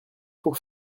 pour